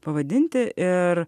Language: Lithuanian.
pavadinti ir